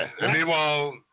Meanwhile